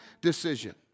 decision